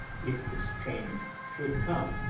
if this change should come,